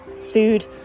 food